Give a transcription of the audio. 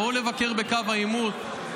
בואו לבקר בקו העימות,